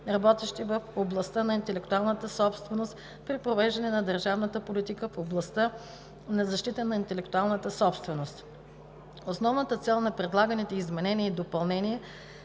работещи в областта на интелектуалната собственост при провеждане на държавната политика в областта на защита на интелектуалната собственост. Основната цел на предлаганите изменения и допълнения